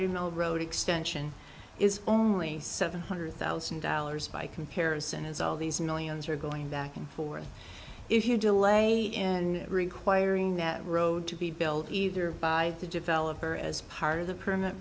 you know road extension is only seven hundred thousand dollars by comparison is all these millions are going back and forth if you delay in requiring that road to be built either by the developer as part of the perm